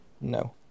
No